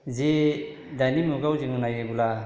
जि दानि मुगायाव जों नायोब्ला